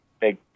big